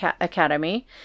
Academy